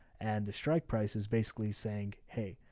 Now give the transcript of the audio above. and the strike price is basically saying, hey,